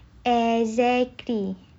exactly